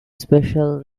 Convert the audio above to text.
special